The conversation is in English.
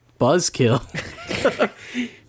buzzkill